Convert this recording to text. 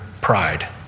pride